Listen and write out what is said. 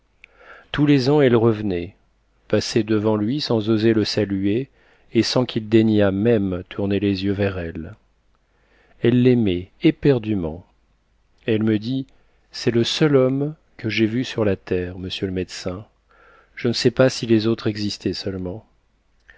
tous les ans elle revenait passait devant lui sans oser le saluer et sans qu'il daignât même tourner les yeux vers elle elle l'aimait éperdument elle me dit c'est le seul homme que j'aie vu sur la terre monsieur le médecin je ne sais pas si les autres existaient seulement